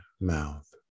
mouth